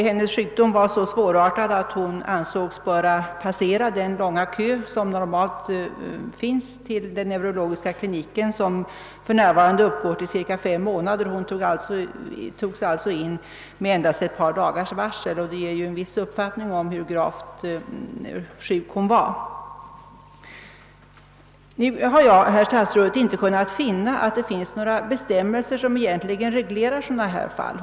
Hennes sjukdom var så svårartad att hon ansågs böra passera den långa kö som normalt finns vid neurologiska kliniken där väntetiden är ungefär fem månader. Hon togs in på sjukhuset med endast ett par dagars varsel; det ger ju en viss uppfattning om hur pass sjuk hon var. Nu har jag inte kunnat finna, herr statsråd, att det finns några bestämmelser som reglerar sådana här fall.